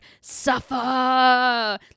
suffer